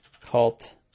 cult